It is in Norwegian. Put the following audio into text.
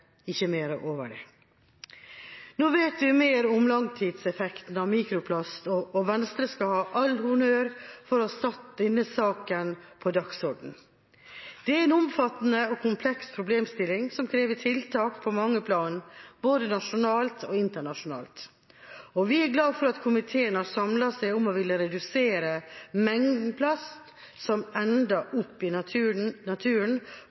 ikke mer over det. Nå vet vi mer om langtidseffekten av mikroplast, og Venstre skal ha all honnør for å ha satt denne saken på dagsordenen. Det er en omfattende og kompleks problemstilling, som krever tiltak på mange plan, både nasjonalt og internasjonalt. Vi er glade for at komiteen har samlet seg om å ville redusere mengden plast som ender opp i naturen